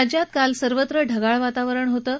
राज्यात काल सर्वत्र ढगाळ वातावरण होतं